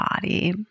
body